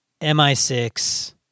MI6